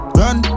run